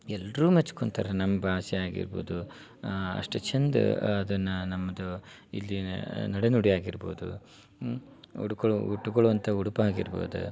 ಎಲ್ಲರೂ ಮೆಚ್ಕೊಂತಾರೆ ನಮ್ಮ ಭಾಷೆಯಾಗಿರ್ಬೋದು ಅಷ್ಟು ಚಂದ ಅದನ್ನು ನಮ್ಮದು ಇಲ್ಲಿಯ ನಡೆ ನುಡಿ ಆಗಿರ್ಬೋದು ಉಡ್ಕೊಳೊ ಉಟ್ಕೊಳ್ಳುವಂಥ ಉಡುಪಾಗಿರ್ಬೋದು